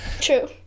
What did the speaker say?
True